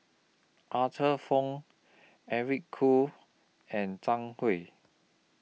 Arthur Fong Eric Khoo and Zhang Hui